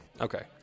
Okay